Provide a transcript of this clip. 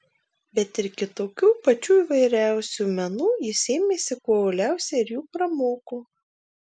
bet ir kitokių pačių įvairiausių menų jis ėmėsi kuo uoliausiai ir jų pramoko